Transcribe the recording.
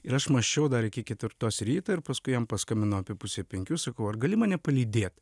ir aš mąsčiau dar iki ketvirtos ryto ir paskui jam paskambinau apie pusę penkių sakau ar gali mane palydėt